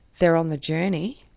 they are on the journey,